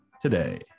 today